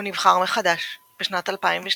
הוא נבחר מחדש בשנת 2012